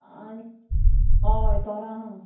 आनी होय तोरां हां